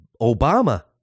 Obama